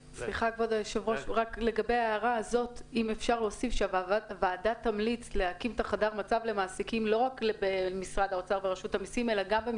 אם אפשר להוסיף שהוועדה מבקשת הקמת חדר מצב למעסיקים גם במשרד הבריאות.